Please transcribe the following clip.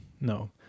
no